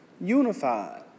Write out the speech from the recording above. unified